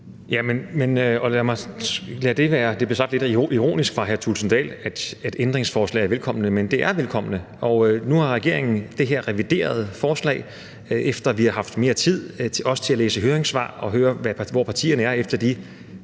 (Magnus Heunicke): Det blev sagt lidt ironisk af hr. Kristian Thulesen Dahl, at ændringsforslag er velkomne – men de er velkomne. Og nu har regeringen det her reviderede forslag, efter at vi har haft mere tid, også til at læse høringssvar og høre, hvor partierne er efter de